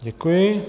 Děkuji.